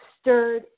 stirred